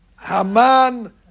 Haman